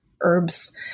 herbs